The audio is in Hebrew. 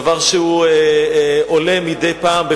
דבר שעולה מדי פעם בפעם.